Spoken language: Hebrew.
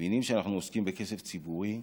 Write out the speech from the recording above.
מבינים שאנחנו עוסקים בכסף ציבורי,